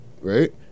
right